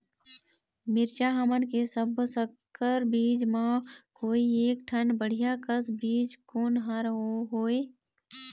मिरचा हमन के सब्बो संकर बीज म कोई एक ठन बढ़िया कस बीज कोन हर होए?